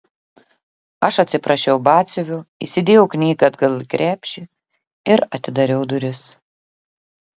aš atsiprašiau batsiuvio įsidėjau knygą atgal į krepšį ir atidariau duris